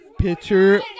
picture